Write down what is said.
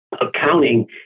accounting